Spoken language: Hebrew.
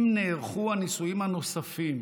אם נערכו הנישואין הנוספים